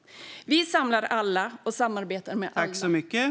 Vi samlar alla och samarbetar med alla.